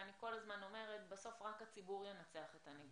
אני כל הזמן אומרת שבסוף רק הציבור ינצח את הנגיף,